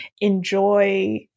enjoy